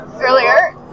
earlier